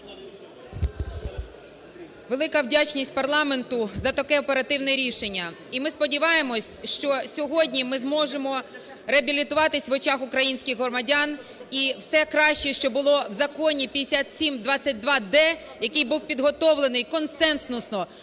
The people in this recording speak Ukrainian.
Велика вдячність парламенту за таке оперативне рішення, і ми сподіваємося, що сьогодні ми зможемо реабілітуватись в очах українських громадян. І все краще, що було в Законі 5722-д, який був підготовленийконсенсусно